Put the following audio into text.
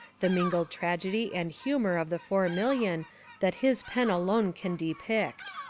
the mingled tragedy and humour of the four million that his pen alone can depict.